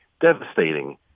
devastating